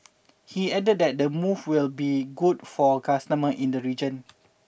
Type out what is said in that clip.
he added that the move will be good for customer in the region